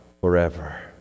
forever